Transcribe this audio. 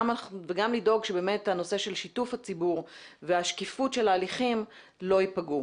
וגם לדאוג שהנושא של שיתוף הציבור והשקיפות של ההליכים לא יפגעו.